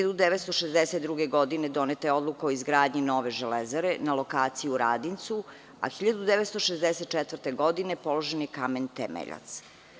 Godine 1962. doneta je odluka o izgradnji nove Železare na lokaciji u Radincu, a 1964. godine položen je kamen temeljac.